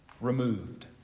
removed